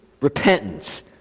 repentance